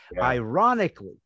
Ironically